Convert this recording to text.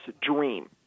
dream